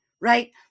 right